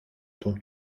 του